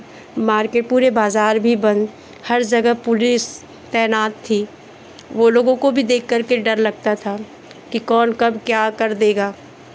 मार्के पूरे बाज़ार भी बंद हर जगह पुलिस तैनात थी वो लोगों को भी देख करके डर लगता था की कौन कब क्या कर देगा